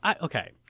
okay